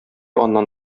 аннан